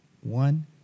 One